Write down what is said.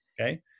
okay